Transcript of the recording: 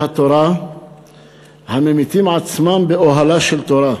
התורה הממיתים עצמם באוהלה של תורה,